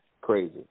Crazy